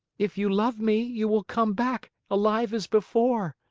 if you love me, you will come back, alive as before.